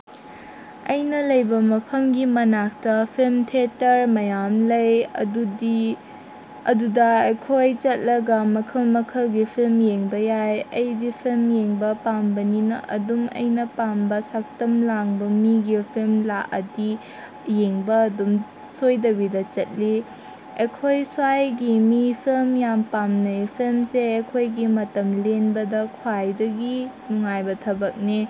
ꯑꯩꯅ ꯂꯩꯕ ꯃꯐꯝꯒꯤ ꯃꯅꯥꯛꯇ ꯐꯤꯜꯝ ꯊꯤꯌꯦꯇꯔ ꯃꯌꯥꯝ ꯂꯩ ꯑꯗꯨꯗꯤ ꯑꯗꯨꯗ ꯑꯩꯈꯣꯏ ꯆꯠꯂꯒ ꯃꯈꯜ ꯃꯈꯜꯒꯤ ꯐꯤꯜꯝ ꯌꯦꯡꯕ ꯌꯥꯏ ꯑꯩꯗꯤ ꯐꯤꯜꯝ ꯌꯦꯡꯕ ꯄꯥꯝꯕꯅꯤꯅ ꯑꯗꯨꯝ ꯑꯩꯅ ꯄꯥꯝꯕ ꯁꯛꯇꯝ ꯂꯥꯡꯕ ꯃꯤꯒꯤ ꯐꯤꯜꯝ ꯂꯥꯛꯑꯗꯤ ꯌꯦꯡꯕ ꯑꯗꯨꯝ ꯁꯣꯏꯗꯕꯤꯗ ꯆꯠꯂꯤ ꯑꯩꯈꯣꯏ ꯁ꯭ꯋꯥꯏꯒꯤ ꯃꯤ ꯐꯤꯜꯝ ꯌꯥꯝ ꯄꯥꯝꯅꯩ ꯐꯤꯜꯝꯁꯦ ꯑꯩꯈꯣꯏꯒꯤ ꯃꯇꯝ ꯂꯦꯟꯕꯗ ꯈ꯭ꯋꯥꯏꯗꯒꯤ ꯅꯨꯡꯉꯥꯏꯕ ꯊꯕꯛꯅꯤ